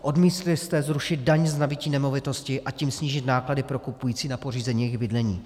Odmítli jste zrušit daň z nabytí nemovitosti, a tím snížit náklady pro kupující na pořízení jejich bydlení.